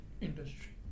industry